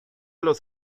los